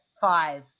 five